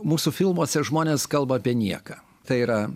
mūsų filmuose žmonės kalba apie nieką tai yra